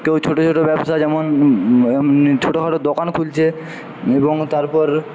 কেউ ছোটো ছোটো ব্যবসা যেমন ছোটোখাটো দোকান খুলছে এবং তারপর